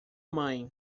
mãe